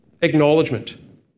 acknowledgement